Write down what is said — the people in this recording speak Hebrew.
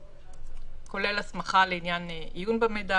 כולל הסמכה לעניין עיון במידע,